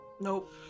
nope